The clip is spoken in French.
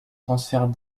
transfert